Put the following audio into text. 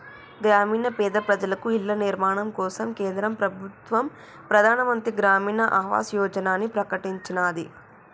గ్రామీణ పేద ప్రజలకు ఇళ్ల నిర్మాణం కోసం కేంద్ర ప్రభుత్వం ప్రధాన్ మంత్రి గ్రామీన్ ఆవాస్ యోజనని ప్రకటించినాది